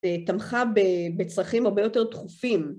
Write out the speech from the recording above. תמכה בצרכים הרבה יותר דחופים.